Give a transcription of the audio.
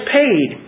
paid